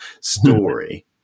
story